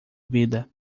vida